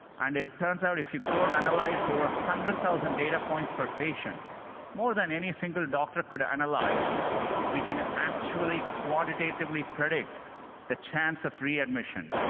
and it turns out if you go and analyze over one hundred thousand data points per patient more than any single doctor could analyze we can actually quantitatively predict the chance of readmission,